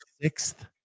sixth